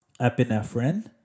epinephrine